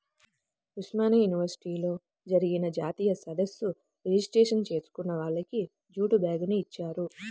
ఉస్మానియా యూనివర్సిటీలో జరిగిన జాతీయ సదస్సు రిజిస్ట్రేషన్ చేసుకున్న వాళ్లకి జూటు బ్యాగుని ఇచ్చారు